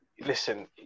Listen